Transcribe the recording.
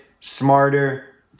smarter